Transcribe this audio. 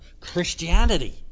Christianity